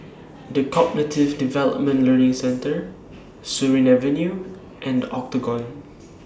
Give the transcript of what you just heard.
The Cognitive Development Learning Centre Surin Avenue and The Octagon